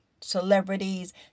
celebrities